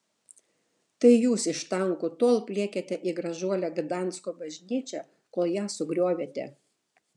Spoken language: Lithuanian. tai jūs iš tankų tol pliekėte į gražuolę gdansko bažnyčią kol ją sugriovėte